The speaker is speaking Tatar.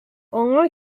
аңа